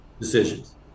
decisions